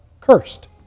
cursed